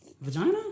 vagina